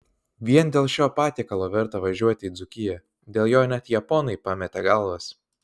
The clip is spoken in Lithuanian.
vien dėl šio patiekalo verta važiuoti į dzūkiją dėl jo net japonai pametė galvas